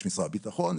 יש משרד הביטחון,